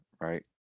right